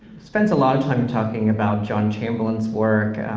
spends a lot of time talking about john chamberlain's work,